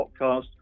podcast